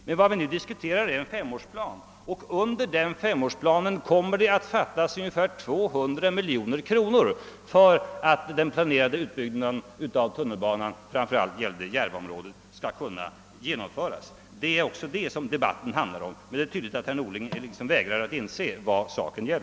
Men vad vi nu diskuterar är en femårsplan, och under de fem åren kommer det att fattas ungefär 200 miljoner kronor för att den planerade utbyggnaden av tunnelbanan — framför allt för Järvaområdet — skall kunna genomföras. Det är det som debatten handlar om. Men det är tydligt att herr Norling vägrar inse det.